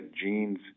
genes